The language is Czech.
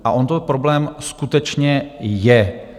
A on to problém skutečně je.